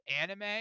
anime